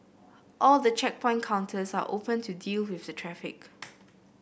all the checkpoint counters are open to deal with the traffic